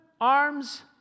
arms